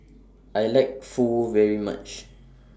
I like Pho very much